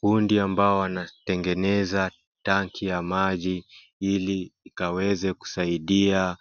Kundi ambao wanatengeneza tanki ya maji ili ikaweze kusaidia